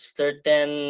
certain